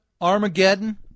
Armageddon